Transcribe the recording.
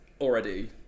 already